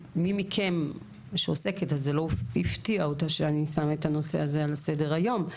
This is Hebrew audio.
מי מכן שעוסקת אז זה לא הפתיע אותה שאני שמה את הנושא הזה על סדר היום,